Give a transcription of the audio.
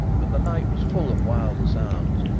but the night was full of wilder sounds,